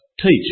teach